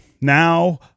Now